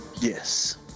Yes